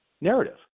narrative